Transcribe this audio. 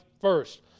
first